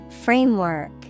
Framework